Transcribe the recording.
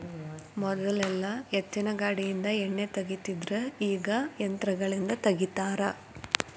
ಮೊದಲೆಲ್ಲಾ ಎತ್ತಿನಗಾನದಿಂದ ಎಣ್ಣಿ ತಗಿತಿದ್ರು ಇವಾಗ ಯಂತ್ರಗಳಿಂದ ತಗಿತಾರ